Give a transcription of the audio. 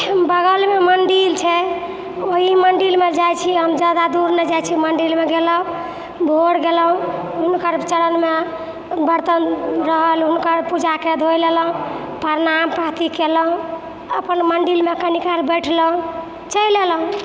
बगलमे मन्दिर छै ओहि मन्दिरमे जाइ छियै हम ज्यादा दूर नहि जाइ छियै मन्दिरमे गेलहुँ भोर गेलहुँ हुनकर चरणमे बर्तन रहल हुनकर पूजाके धोय लेलहुँ प्रणाम पाति केलहुँ अपन मन्दिरमे कनि काल बैठलहुँ चलि एलहुँ